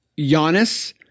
Giannis